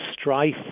strife